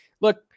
look